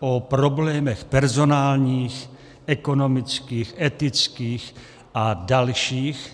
o problémech personálních, ekonomických, etických a dalších.